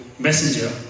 Messenger